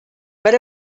but